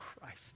Christ